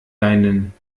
deinen